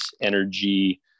energy